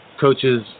Coaches